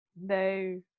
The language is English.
no